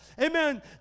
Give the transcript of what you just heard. Amen